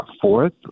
fourth